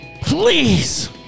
Please